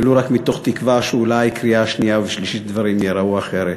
ולו רק מתוך תקווה שאולי בקריאה שנייה ושלישית הדברים ייראו אחרת.